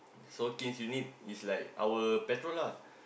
so kins unit is like our patrol lah